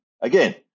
Again